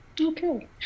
Okay